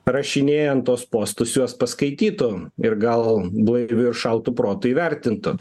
rašinėjant tuos postus juos paskaitytų ir gal blaiviu ir šaltu protu įvertintų